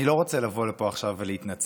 אני לא רוצה לבוא לפה עכשיו ולהתנצח,